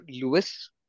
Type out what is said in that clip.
Lewis